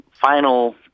final